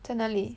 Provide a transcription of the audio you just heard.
在哪里